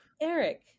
eric